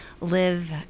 live